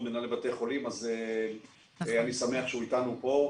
מנהלי בתי החולים אז אני שמח שהוא אתנו כאן.